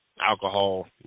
alcohol